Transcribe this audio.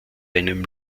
einem